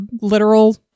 literal